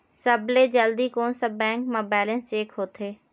सबसे जल्दी कोन सा बैंक म बैलेंस चेक होथे?